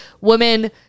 women